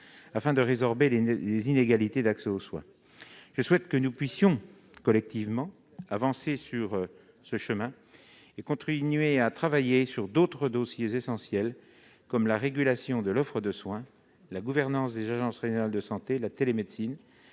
afin de résorber les inégalités d'accès aux soins. Je souhaite que nous puissions collectivement avancer sur ce chemin et continuer à travailler sur d'autres dossiers essentiels, comme la régulation de l'offre de soins, la gouvernance des agences régionales de santé ou la télémédecine.